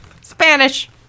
Spanish